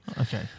okay